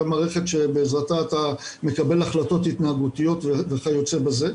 שהיא המערכת שבעזרתה אתה מקבל החלטות התנהגויות וכיוצא בזה.